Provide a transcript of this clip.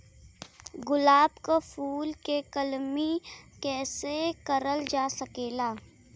गुलाब क फूल के कलमी कैसे करल जा सकेला?